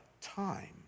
time